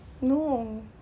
No